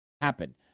happen